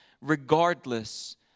regardless